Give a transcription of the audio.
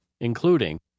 including